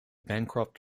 bancroft